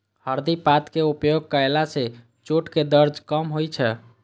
हरदि पातक उपयोग कयला सं चोटक दर्द कम होइ छै